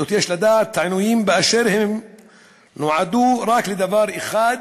זאת יש לדעת: עינויים באשר הם נועדו רק לדבר אחד,